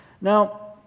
Now